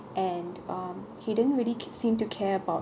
and um he didn't really seem to care about that